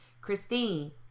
Christine